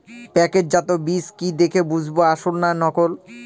প্যাকেটজাত বীজ কি দেখে বুঝব আসল না নকল?